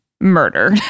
murder